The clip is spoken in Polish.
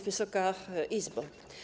Wysoka Izbo!